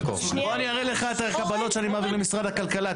בוא אני אראה לך את הקבלות שאני מעביר למשרד הכלכלה,